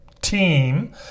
team